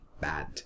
bad